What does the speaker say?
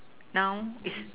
now is